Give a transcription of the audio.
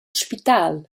spital